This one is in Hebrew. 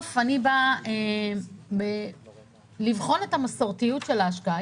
אני באה לבחון את המסורתיות של ההשקעה.